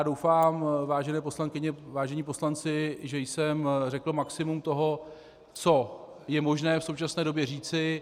Doufám, vážené poslankyně, vážení poslanci, že jsem řekl maximum toho, co je možné v současné době říci.